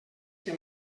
que